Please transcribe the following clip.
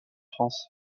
france